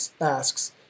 asks